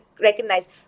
recognize